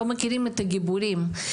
לא מכירים את הגיבורים.